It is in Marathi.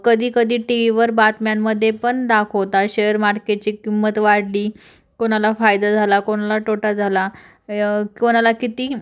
कधीकधी टी ईवर बातम्यांमध्ये पण दाखवतात शेअर मार्केटची किंमत वाढली कोणाला फायदा झाला कोणाला टोटा झाला कोणाला किती